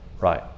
Right